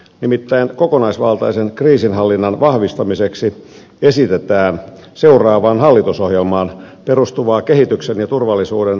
nimittäin kokonaisvaltaisen kriisinhallinnan vahvistamiseksi esitetään seuraavaan hallitusohjelmaan perustuvaa kehityksen ja turvallisuuden strategista toimintalinjaa